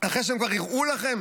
אחרי שהם כבר הראו לכם